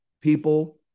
people